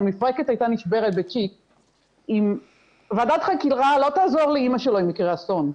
המפרקת הייתה נשברת בצ'יק וועדת חקירה לא תעזור לאמא שלו אם יקרה אסון.